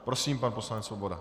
Prosím, pan poslanec Svoboda.